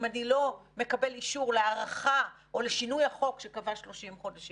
אני לא מקבל אישור להארכה או לשינוי החוק שקבע 30 חודשים,